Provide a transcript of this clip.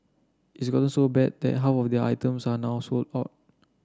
it's gotten so bad that half of their items are now sold out